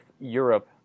Europe